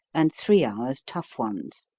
and three hours tough ones.